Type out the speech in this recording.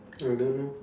I don't know